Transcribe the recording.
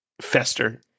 fester